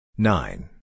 Nine